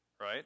right